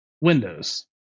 Windows